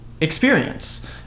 experience